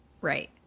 right